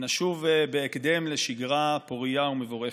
ונשוב בהקדם לשגרה פורייה ומבורכת.